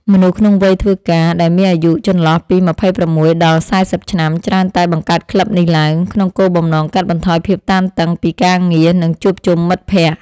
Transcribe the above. មនុស្សក្នុងវ័យធ្វើការ ដែលមានអាយុចន្លោះពី ២៦ ដល់ ៤០ ឆ្នាំ ច្រើនតែបង្កើតក្លឹបនេះឡើង ក្នុងគោលបំណងកាត់បន្ថយភាពតានតឹងពីការងារ និងជួបជុំមិត្តភក្តិ។